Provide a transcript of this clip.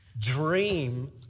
Dream